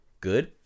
Good